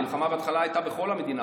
המלחמה בהתחלה הייתה בכל המדינה.